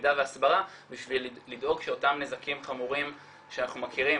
מידע והסברה בשביל לדאוג שא ותם נזקים חמורים שאנחנו מכירים,